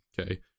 okay